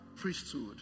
priesthood